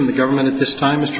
from the government this time is